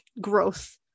growth